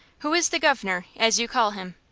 who is the guv'nor, as you call him?